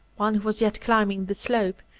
while he was yet climbing the slope,